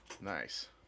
Nice